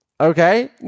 Okay